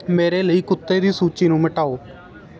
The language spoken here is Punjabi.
ਮੇਰੇ ਲਈ ਕੁੱਤੇ ਦੀ ਸੂਚੀ ਨੂੰ ਮਿਟਾਓ